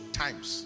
times